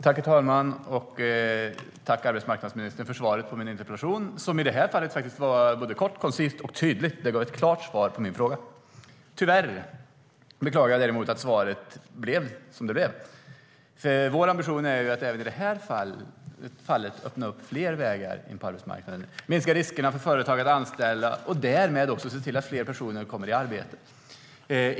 Herr talman! Tack, arbetsmarknadsministern, för svaret på min interpellation! I det här fallet var det både kort och koncist och tydligt. Det gav ett klart svar på min fråga. Jag beklagar däremot att svaret blev som det blev. Vår ambition är ju att även i det här fallet öppna fler vägar in på arbetsmarknaden, minska riskerna med att anställa för företag och därmed också se till att fler personer kommer i arbete.